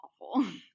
awful